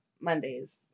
Mondays